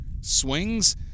Swings